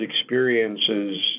experiences